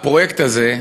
הפרויקט הזה,